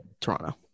Toronto